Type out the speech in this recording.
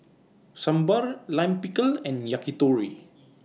Sambar Lime Pickle and Yakitori